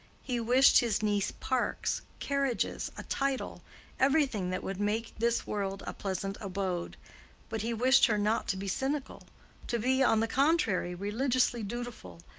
he wished his niece parks, carriages, a title everything that would make this world a pleasant abode but he wished her not to be cynical to be, on the contrary, religiously dutiful,